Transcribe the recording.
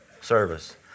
service